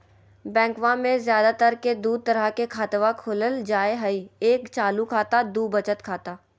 बैंकवा मे ज्यादा तर के दूध तरह के खातवा खोलल जाय हई एक चालू खाता दू वचत खाता